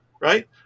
right